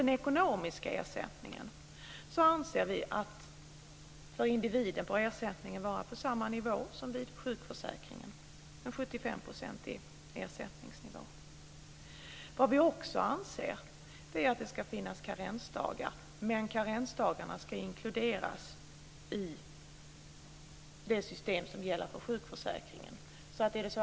Den ekonomiska ersättningen till individen bör ligga på samma nivå som sjukförsäkringen, en 75 procentig ersättningsnivå. Det ska även finnas karensdagar, men de ska inkluderas i det system som gäller för sjukförsäkringen.